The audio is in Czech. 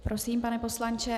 Prosím, pane poslanče.